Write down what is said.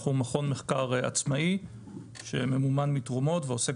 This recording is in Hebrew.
אנחנו מכון מחקר עצמאי שממומן מתרומות ועוסק